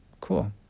Cool